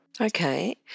Okay